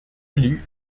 élue